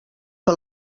que